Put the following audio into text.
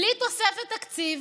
בלי תוספת תקציב,